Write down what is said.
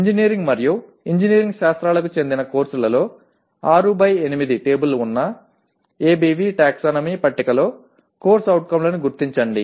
engineering మరియు engineering శాస్త్రాలకు చెందిన కోర్సులలో 6 బై 8 టేబుల్ ఉన్న ABV టాక్సానమీ పట్టికలో CO లను గుర్తించండి